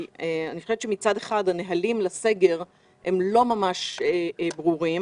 אני חושבת שמצד אחד הנהלים לסגר לא ממש ברורים.